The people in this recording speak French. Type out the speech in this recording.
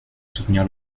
soutenir